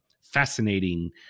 fascinating